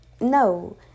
no